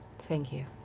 thank you.